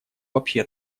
вообще